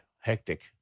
Hectic